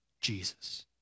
Jesus